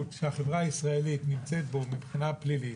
שהחברה הישראלית נמצאת בו מבחינה פלילית,